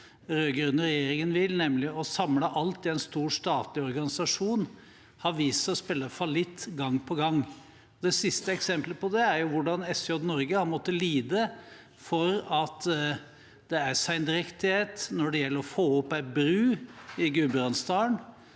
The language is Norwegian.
rød-grønne regjeringen vil, nemlig å samle alt i en stor statlig organisasjon, har vist seg å spille fallitt gang på gang. Det siste eksempelet på det er hvordan SJ Norge har måttet lide for sendrektighet med å få opp en bru i Gudbrandsdalen